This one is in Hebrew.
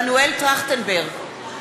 מנואל טרכטנברג,